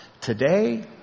Today